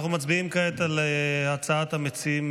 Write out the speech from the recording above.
אנחנו מצביעים כעת על הצעת המציעים